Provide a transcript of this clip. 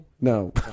No